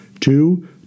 Two—